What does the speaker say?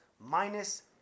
minus